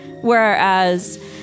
Whereas